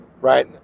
right